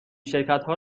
شرکتها